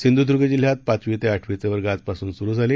सिंधुदुर्गजिल्ह्यातपाचवीतेआठवीचेवर्गआजपासूनसुरुझाले